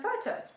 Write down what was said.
photos